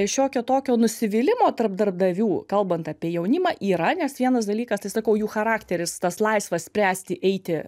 šiokio tokio nusivylimo tarp darbdavių kalbant apie jaunimą yra nes vienas dalykas tai sakau jų charakteris tas laisvas spręsti eiti